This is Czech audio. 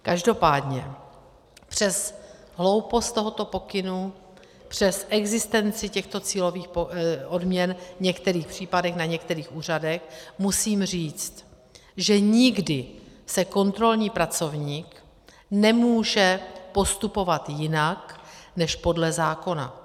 Každopádně přes hloupost tohoto pokynu, přes existenci těchto cílových odměn v některých případech na některých úřadech musím říct, že nikdy kontrolní pracovník nemůže postupovat jinak než podle zákona.